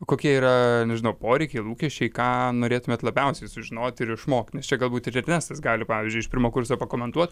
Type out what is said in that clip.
kokie yra nežinau poreikiai lūkesčiai ką norėtumėt labiausiai sužinoti ir išmokt nes čia galbūt ir ernestas gali pavyzdžiui iš pirmo kurso pakomentuot